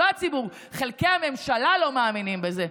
לא הציבור, חלקי הממשלה לא מאמינים בזה.